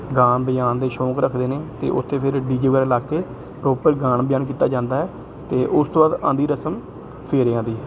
ਗਾਉਣ ਵਜਾਉਣ ਦੇ ਸ਼ੌਂਕ ਰੱਖਦੇ ਨੇ ਅਤੇ ਉੱਥੇ ਫਿਰ ਡੀ ਜੇ ਵਗੈਰਾ ਲਾ ਕੇ ਪ੍ਰੋਪਰ ਗਾਉਣ ਵਜਾਉਣ ਕੀਤਾ ਜਾਂਦਾ ਹੈ ਅਤੇ ਉਸ ਤੋਂ ਬਾਅਦ ਆਉਂਦੀ ਰਸਮ ਫੇਰਿਆਂ ਦੀ